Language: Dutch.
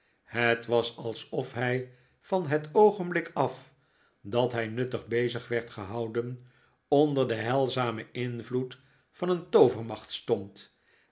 het was alsof hij van het oogenblik af dat hij nuttig bezig werd gehouden onder den heilzamen invloed van een toovermacht stond